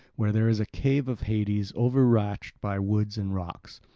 where there is a cave of hades overarched by wood and rocks.